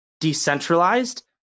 decentralized